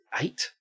eight